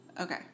okay